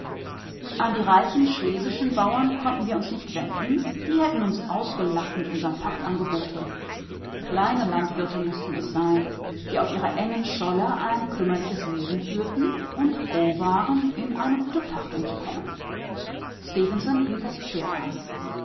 an die reichen schlesischen bauern konnten wir uns nicht wenden die hätten uns ausgelacht mit unserem pachtangebote kleine landwirte mußten es sein die auf ihrer engen scholle ein kümmerliches leben führten und froh waren in eine gute pachtung zu kommen stefenson hielt das pferd an